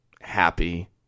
happy